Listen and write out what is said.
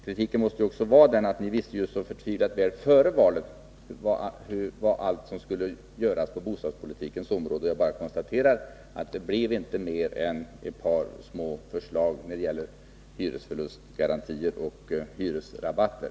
Kritiken måste också gå ut på att ni visste så förtvivlat väl före valet vad allt som skulle göras på bostadspolitikens område, men det blev inte mer än ett par små förslag om hyresförlustgarantier och hyresrabatter.